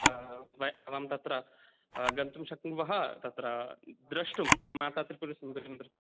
भवान् तत्र गन्तुं शक्नुवः तत्र द्रष्टुं माता त्रिपुरसुन्दरीं द्रश्